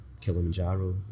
Kilimanjaro